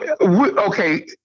Okay